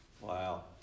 Wow